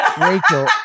Rachel